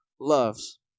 loves